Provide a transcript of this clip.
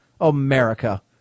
America